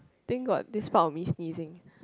think got this part of me sneezing